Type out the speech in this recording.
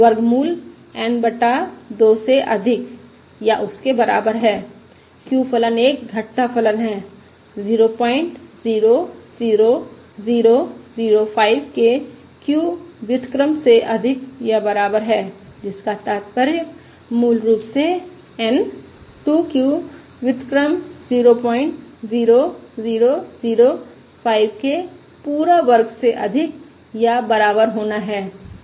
वर्गमूल N बटा 2 से अधिक या उसके बराबर है q फलन एक घटता फलन है 000005 के q व्युत्क्रम से अधिक या बराबर है जिसका तात्पर्य मूल रूप से N 2 q व्युत्क्रम 00005 के पूरा वर्ग से अधिक या बराबर होना है